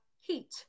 heat